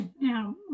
now